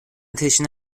تشنه